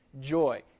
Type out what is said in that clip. Joy